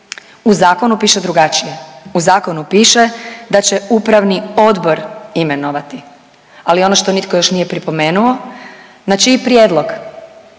U zakonu piše drugačije. U zakonu piše da će upravni odbor imenovati. Ali ono što nitko još nije pripomenuo, znači i prijedlog.